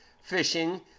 fishing